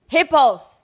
Hippos